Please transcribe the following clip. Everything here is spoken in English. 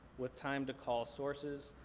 with time to call sources.